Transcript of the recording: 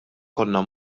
konna